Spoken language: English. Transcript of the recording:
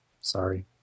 Sorry